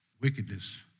wickedness